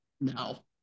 No